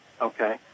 Okay